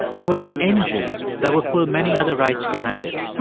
it was an engine that would pull many other rights behind it